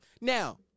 Now